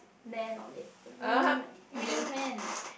man on it the green green man